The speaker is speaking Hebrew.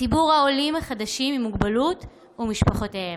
ציבור העולים החדשים עם מוגבלות ומשפחותיהם.